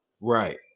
Right